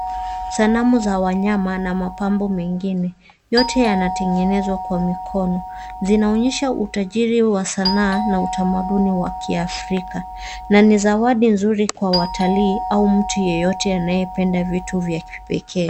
Sanamu za wanyama na mapambo mengine. Yote yanatengenezwa kwa mikono. Zinaonyesha utajiri wa sanaa na utamaduni wa kiafrika, na ni zawadi nzuri kwa watalii au mtu yeyote anayependa vitu vya kipekee.